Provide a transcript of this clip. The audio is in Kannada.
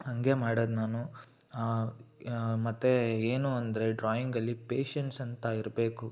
ಹಂಗೇ ಮಾಡೋದು ನಾನು ಮತ್ತೆ ಏನು ಅಂದ್ರೆ ಡ್ರಾಯಿಂಗಲ್ಲಿ ಪೇಶೆನ್ಸ್ ಅಂತ ಇರಬೇಕು